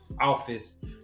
office